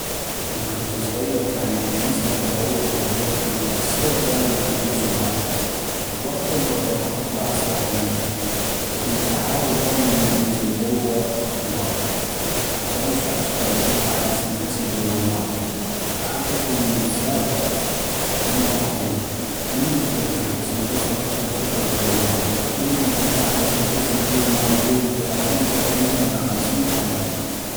من كنتو صغيغ كان عندي مسبح صغيغ بالبيت كنتو بالصيف دائماً اترسو ماي وبوقت الظهغ اطلع أسبح بينو ، فكنتو احاول دائما انزل جوى الماي حتى اغشع اشقد اطيق احبس نفسي جوى الماي ، وحتى كنا نسابق انا وأخوي منو يطيق يحبس نفسو اكثغ فترة جوى الماي ، فتقريبا كنتو احبس نفسي جوى الماي بين الثلاثين ثانية إلى خمسين ثانية.